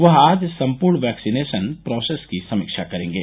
वह आज सम्पूर्ण वैक्सीनेशन प्रोसेस की समीक्षा करेंगे